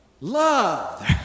Love